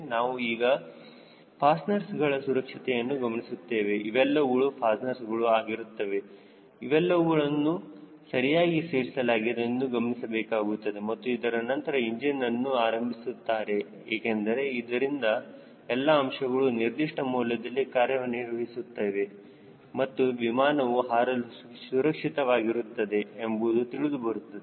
ನಾವು ಈಗ ಫಾಸ್ಟ್ನರ್ಸ್ಗಳ ಸುರಕ್ಷತೆಯನ್ನು ಗಮನಿಸುತ್ತೇವೆ ಇವೆಲ್ಲವೂ ಫಾಸ್ಟ್ನರ್ಸ್ಗಳು ಆಗಿರುತ್ತದೆ ಅವುಗಳನ್ನು ಸರಿಯಾಗಿ ಸೇರಿಸಲಾಗಿದೆ ಎಂದು ಗಮನಿಸಬೇಕಾಗುತ್ತದೆ ಮತ್ತು ಇದರ ನಂತರ ಇಂಜಿನ್ನನ್ನು ಆರಂಭಿಸುತ್ತಾರೆ ಏಕೆಂದರೆ ಇದರಿಂದ ಎಲ್ಲಾ ಅಂಶಗಳು ನಿರ್ದಿಷ್ಟ ಮೌಲ್ಯದಲ್ಲಿ ಕಾರ್ಯನಿರ್ವಹಿಸುತ್ತವೆ ಮತ್ತು ವಿಮಾನವು ಹಾರಲು ಸುರಕ್ಷಿತವಾಗಿರುತ್ತದೆ ಎಂಬುದು ತಿಳಿದು ಬರುತ್ತದೆ